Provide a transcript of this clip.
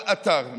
על אתר,